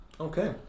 Okay